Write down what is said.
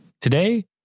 Today